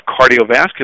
cardiovascular